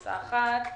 בנפש האדם,